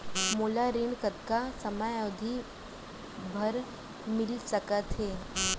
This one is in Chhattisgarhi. मोला ऋण कतना समयावधि भर मिलिस सकत हे?